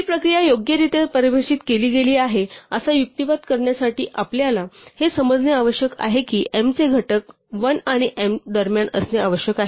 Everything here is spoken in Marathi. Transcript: ही प्रक्रिया योग्यरित्या परिभाषित केली गेली आहे असा युक्तिवाद करण्यासाठी आपल्याला हे समजणे आवश्यक आहे की m चे घटक 1 आणि m दरम्यान असणे आवश्यक आहे